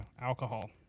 alcohol